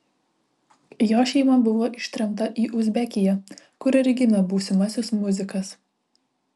jo šeima buvo ištremta į uzbekiją kur ir gimė būsimasis muzikas